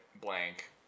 blank